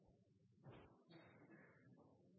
nei. Det